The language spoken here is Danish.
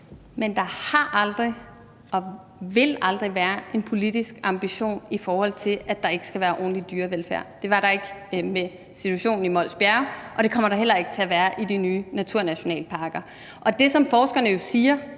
Men der har aldrig været og vil aldrig være en politisk ambition om, at der ikke skal være ordentlig dyrevelfærd. Det var der ikke med situationen i Mols Bjerge, og det kommer der heller ikke til at være i de nye naturnationalparker. Det, som forskerne siger